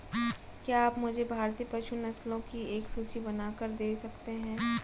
क्या आप मुझे भारतीय पशु नस्लों की एक सूची बनाकर दे सकते हैं?